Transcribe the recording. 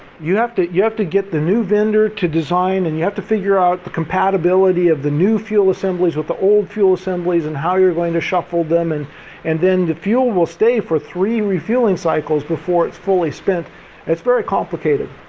you have to you get the new vendor to design and you have to figure out the compatibility of the new fuel assemblies with the old fuel assemblies and how you're going to shuffle them and and then the fuel will stay for three refueling cycles before it's fully spent it's very complicated.